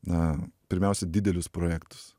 na pirmiausia didelius projektus